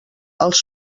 els